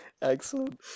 Excellent